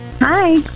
Hi